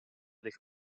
del